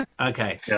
Okay